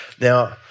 Now